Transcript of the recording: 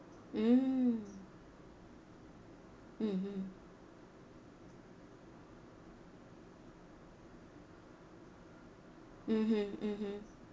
mm mm mm mmhmm mmhmm